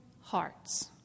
hearts